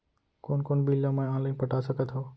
कोन कोन बिल ला मैं ऑनलाइन पटा सकत हव?